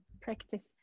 Practice